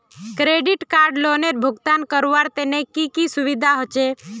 Credit card लोनेर भुगतान करवार तने की की सुविधा होचे??